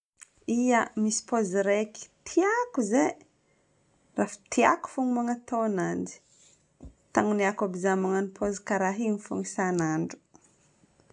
Ia. Misy pôzy raiky tiako izay afa tiako fôgna magnatao ananjy. Tagnoniako aby zaho magnano pôzy karaha igny fô isan'andro